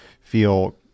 feel